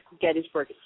Gettysburg